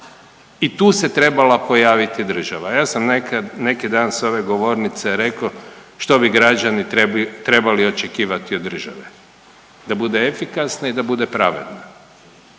I tu se trebala pojaviti država. Ja sam nekad, neki dan s ove govornice rekao što bi građani trebali očekivati od države, da bude efikasna i da bude pravedna.